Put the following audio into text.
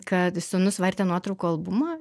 kad sūnus vartė nuotraukų albumą